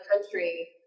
country